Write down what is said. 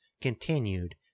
continued